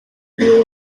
ariyo